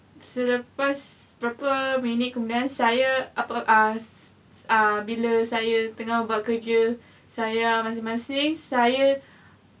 selepas berapa minit kemudian saya apa uh uh bila saya tengah buat kerja saya masing-masing saya